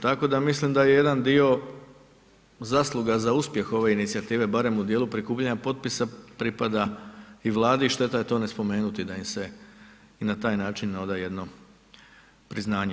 Tako da mislim da je jedan dio zasluga za uspjeh ove inicijative barem u dijelu prikupljanja potpisa pripada i Vladi i šteta je to ne spomenuti, da im se i na taj način oda jedno priznanje.